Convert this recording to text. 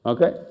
Okay